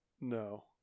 no